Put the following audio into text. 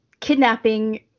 kidnapping